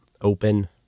open